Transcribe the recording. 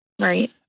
Right